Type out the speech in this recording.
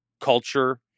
culture